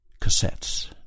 cassettes